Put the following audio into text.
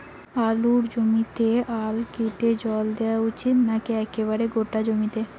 আলুর জমিতে আল কেটে জল দেওয়া উচিৎ নাকি একেবারে গোটা জমিতে?